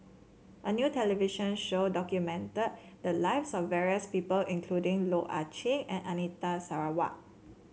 a new television show documented the lives of various people including Loh Ah Chee and Anita Sarawak